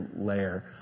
layer